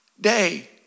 day